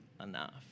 enough